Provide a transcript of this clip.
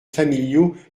familiaux